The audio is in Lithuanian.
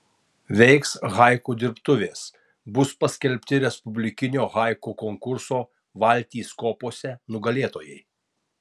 veiks haiku dirbtuvės bus paskelbti respublikinio haiku konkurso valtys kopose nugalėtojai